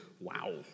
Wow